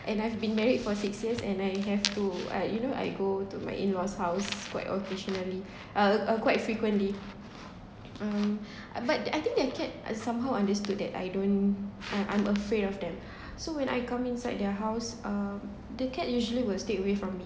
and I've been married for six years and I have to uh you know I go to my in-laws house quite occasionally uh quite frequently um but I think their cat somehow understood that I don't uh I'm afraid of them so when I come inside their house um the cat usually will stay away from me